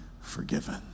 forgiven